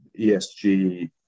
ESG